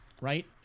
Right